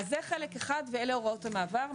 אז זה חלק אחד, ואלה הוראות המעבר.